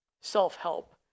self-help